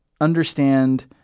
understand